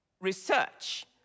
research